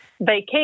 vacation